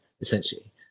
essentially